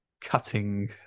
cutting